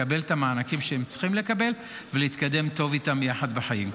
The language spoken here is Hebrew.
לקבל את המענקים שהם צריכים לקבל ולהתקדם איתם טוב בחיים.